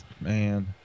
man